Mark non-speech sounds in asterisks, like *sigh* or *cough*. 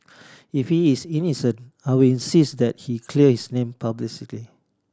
*noise* if he is innocent I will insist that he clear his name publicly